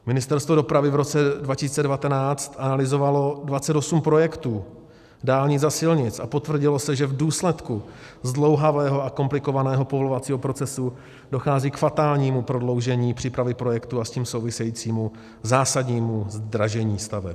Ministerstvo dopravy v roce 2019 analyzovalo 28 projektů dálnic a silnic a potvrdilo se, že v důsledku zdlouhavého a komplikovaného povolovacího procesu dochází k fatálnímu prodloužení přípravy projektu a s tím souvisejícímu zásadnímu zdražení staveb.